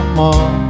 more